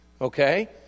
Okay